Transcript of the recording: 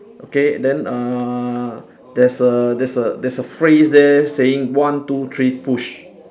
okay then uh there's a there's a there's a phrase there saying one two three push